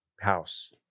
house